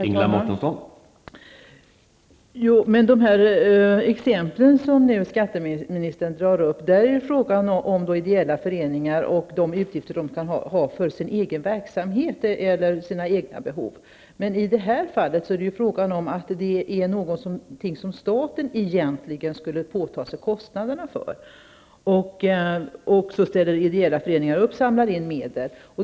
Herr talman! De exempel som skatteministern nu tar upp gäller utgifter som ideella föreningar har för sin egen verksamhet eller för sina egna behov, men i det här fallet är det fråga om något som staten egentligen skulle påta sig kostnaderna för. För detta ställer ideella föreningar upp och samlar in medel.